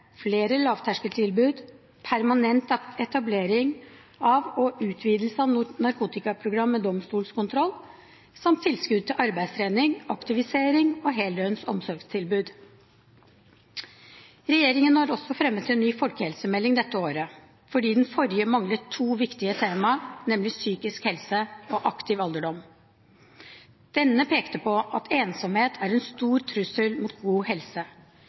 flere lavterskeltilbud, permanent etablering av og utvidelse av narkotikaprogram med domstolskontroll samt tilskudd til arbeidstrening, aktivisering og heldøgns omsorgstilbud. Regjeringen har også fremmet en ny folkehelsemelding dette året, for den forrige manglet to viktige tema, nemlig psykisk helse og aktiv alderdom. Denne pekte på at ensomhet er en stor trussel mot god helse.